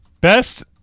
Best